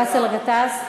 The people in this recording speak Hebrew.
באסל גטאס?